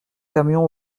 camion